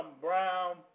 brown